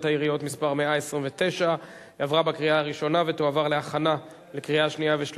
העיריות (מס' 129) (ועדות חקלאיות),